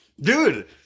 Dude